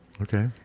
Okay